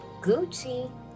Gucci